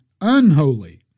unholy